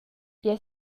jeu